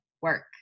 work